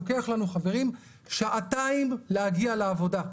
חברים, לוקח לנו שעתיים להגיע לעבודה.